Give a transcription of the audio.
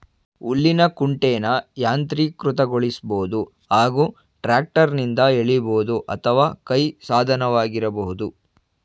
ಹುಲ್ಲಿನ ಕುಂಟೆನ ಯಾಂತ್ರೀಕೃತಗೊಳಿಸ್ಬೋದು ಹಾಗೂ ಟ್ರ್ಯಾಕ್ಟರ್ನಿಂದ ಎಳಿಬೋದು ಅಥವಾ ಕೈ ಸಾಧನವಾಗಿರಬಹುದು